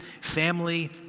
family